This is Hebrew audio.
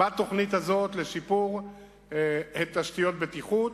בתוכנית הזאת, לשיפור תשתיות הבטיחות.